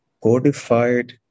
codified